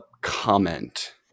comment